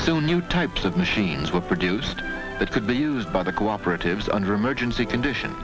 to new types of machines were produced that could be used by the cooperatives under emergency condition